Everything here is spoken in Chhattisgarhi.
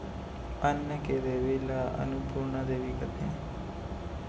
अन्न के देबी ल अनपुरना देबी कथें